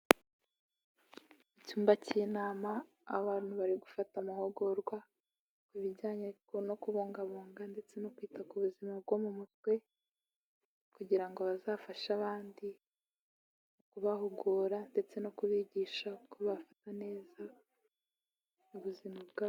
Icyumba cy'inama abantu bari gufata amahugurwa ku bijyanye no kubungabunga ndetse no kwita ku buzima bwo mu mutwe, kugira ngo bazafashe abandi kubahugura ndetse no kubigisha uko bafata neza ubuzima bwabo.